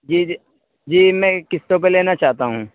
جی جی جی میں قسطوں پہ لینا چاہتا ہوں